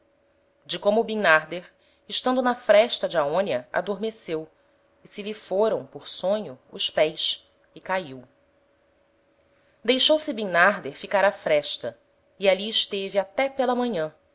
de como bimnarder estando na fresta de aonia adormeceu e se lhe foram por sonho os ps e caiu deixou-se bimnarder ficar á fresta e ali esteve até pela manhan